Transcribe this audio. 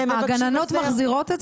הגננות מחזירות אותם?